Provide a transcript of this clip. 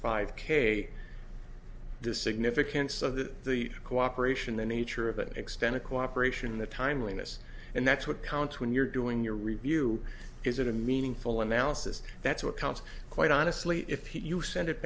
five k the significance of that the cooperation the nature of an extent of cooperation the timeliness and that's what counts when you're doing your review is it a meaningful analysis that's what counts quite honestly if you send it